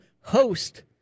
host